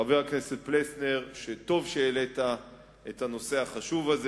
חבר הכנסת פלסנר, שטוב שהעלית את הנושא החשוב הזה.